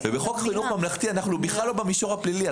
בחוק חינוך ממלכתי אנו בכלל לא במישור הפלילי.